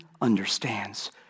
understands